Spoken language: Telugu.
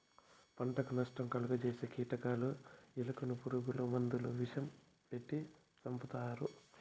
పంటకు నష్టం కలుగ జేసే కీటకాలు, ఎలుకలను పురుగు మందుల విషం పెట్టి సంపుతారు